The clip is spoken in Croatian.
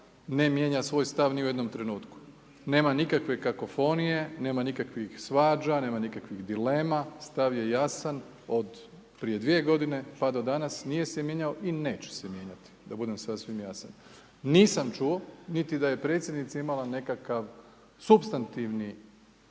ne mijenja svoj stav ni u jednom trenutku nema nikakve kakofonije, nema nikakvih svađa, nema nikakvih dilema, stav je jasan od prije 2 godine pa do danas nije se mijenjao i neće se mijenjati da budem sasvim jasan. Nisam čuo niti da je predsjednica imala nekakav supstantivni